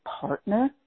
partner